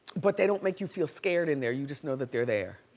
but they don't make you feel scared in there, you just know that they're there,